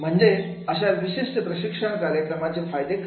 म्हणजे अशा विशिष्ट प्रशिक्षण कार्यक्रमाचे फायदे काय